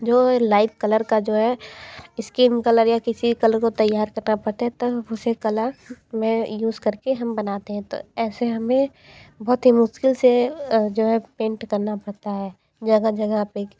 जो light colour का जो है स्किन कलर या किसी कलर को तैयार करना पड़ता है तब उसे कलर में यूज़ करके हम बनाते हैं तो ऐसे हमें बहुत ही मुश्किल से जो है पेंट करना पड़ता है जगह जगह पे एक